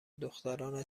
دختران